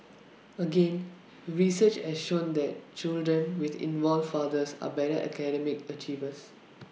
again research has shown that children with involved fathers are better academic achievers